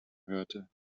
hörte